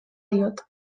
diot